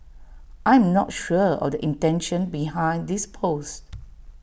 I'm not sure of the intention behind this post